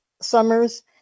summers